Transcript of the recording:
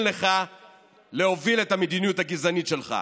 לך להוביל את המדיניות הגזענית שלך.